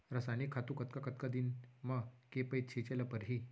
रसायनिक खातू कतका कतका दिन म, के पइत छिंचे ल परहि?